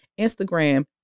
Instagram